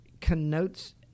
connotes